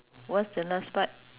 what's the last part